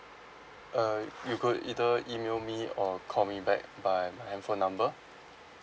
uh you could either email me or call me back by my handphone number